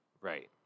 Right